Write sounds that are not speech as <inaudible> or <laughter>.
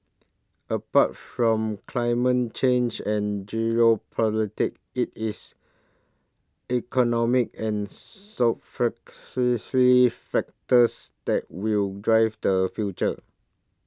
apart from climate change and geopolitics it is economic and <unintelligible> factors that will drive the future